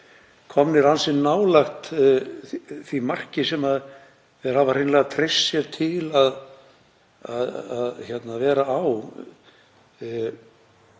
komnir ansi nálægt því marki sem þeir hafa hreinlega treyst sér til að vera á.